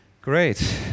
great